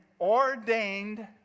ordained